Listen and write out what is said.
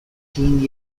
teen